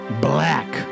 black